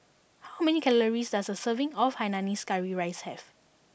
how many calories does a serving of Hainanese Curry Rice have